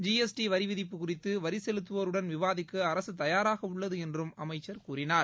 G S T வரிவிதிப்பு குறித்து வரி செலுத்தவோருடன் விவாதிக்க அரசு தபாராக உள்ளது என்று அமைச்சர் கூறினார்